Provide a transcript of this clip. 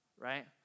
right